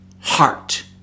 heart